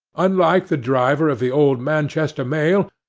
unlike the driver of the old manchester mail,